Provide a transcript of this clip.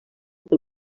pel